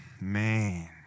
man